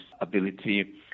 ability